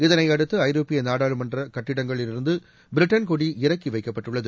இதனையடுத்து ஐரோப்பிய நாடாளுமன்றக் கட்டடங்களிலிருந்து பிரிட்டன் கொடி இறக்கி வைக்கப்பட்டுள்ளது